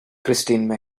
christine